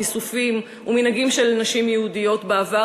כיסופים ומנהגים של נשים יהודיות בעבר